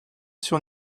sur